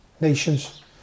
nations